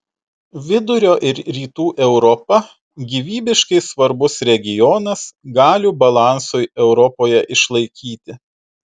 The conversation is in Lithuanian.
vidurio ir rytų europa gyvybiškai svarbus regionas galių balansui europoje išlaikyti